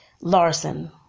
Larson